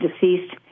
deceased